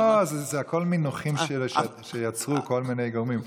לא, זה הכול מינוחים שיצרו כל מיני גורמים.